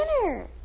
dinner